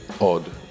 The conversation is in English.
odd